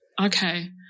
okay